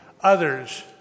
others